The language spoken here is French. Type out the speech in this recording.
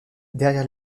derrière